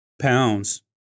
pounds